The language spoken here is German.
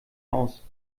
aus